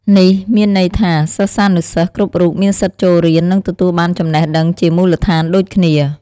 នេះមានន័យថា សិស្សានុសិស្សគ្រប់រូបមានសិទ្ធិចូលរៀន និងទទួលបានចំណេះដឹងជាមូលដ្ឋានដូចគ្នា។